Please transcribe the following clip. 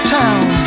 town